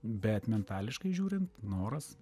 bet metališkai žiūrint noras